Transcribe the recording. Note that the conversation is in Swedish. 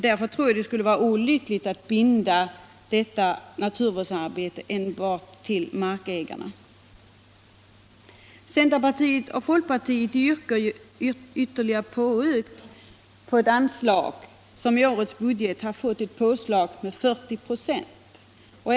Därför tror jag att det skulle vara olyckligt att binda detta naturvårdsarbete enbart till markägarna. Centerpartiet och folkpartiet yrkar ytterligare ökning av ett anslag som i årets budget har fått ett påslag med 40 926.